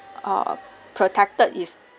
err protected is